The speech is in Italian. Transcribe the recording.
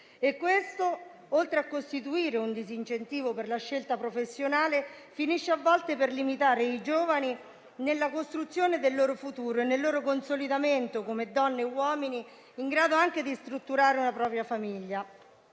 Questo, oltre a costituire un disincentivo per la scelta professionale, finisce a volte per limitare i giovani nella costruzione del loro futuro, nel loro consolidamento come donne e uomini in grado anche di strutturare una propria famiglia.